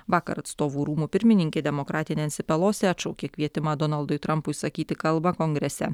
vakar atstovų rūmų pirmininkė demokratė nensi pelosi atšaukė kvietimą donaldui trampui sakyti kalbą kongrese